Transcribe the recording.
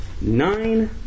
nine